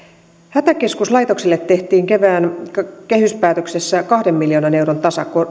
hätäkeskuslaitoksille tehtiin kevään kehyspäätöksessä kahden miljoonan euron